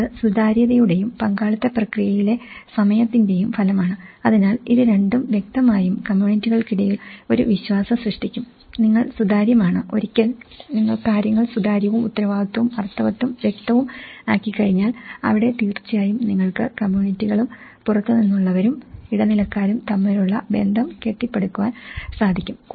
ഇത് സുതാര്യതയുടെയും പങ്കാളിത്ത പ്രക്രി യയി ലെ സമയത്തി ൻറെയും ഫലമാണ് അതിനാൽ ഇത് രണ്ടും വ്യക്തമായും കമ്മ്യൂ ണിറ്റികൾക്കിടയിൽ ഒരു വി ശ്വാ സം സൃഷ്ടി ക്കും നി ങ്ങൾ സുതാര്യമാണ് ഒരിക്കൽ നിങ്ങൾ കാര്യങ്ങൾ സുതാര്യവും ഉത്തരവാദിത്തവും അർത്ഥവത്തും വ്യക്തവും ആക്കിക്കഴിഞ്ഞാൽ അവിടെ തീർച്ചയായും നിങ്ങൾക്ക് കമ്മ്യൂ ണിറ്റികളും പുറത്തു നിന്നുള്ളവരും ഇടനിലക്കാരും തമ്മിലുള്ള ബന്ധം കെട്ടി പ്പടുക്കുവാൻ സാധിക്കും